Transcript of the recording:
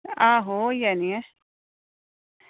आहो होई जानी ऐ